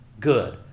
good